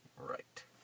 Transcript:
Right